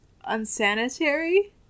unsanitary